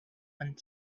and